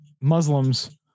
Muslims